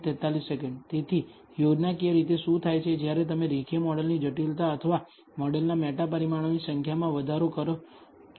તેથી યોજનાકીય રીતે શું થાય છે જ્યારે તમે ખરેખર મોડેલની જટિલતા અથવા મોડેલના મેટા પરિમાણોની સંખ્યામાં વધારો કરો છો